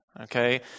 okay